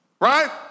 right